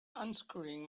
unscrewing